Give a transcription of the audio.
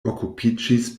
okupiĝis